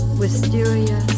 wisteria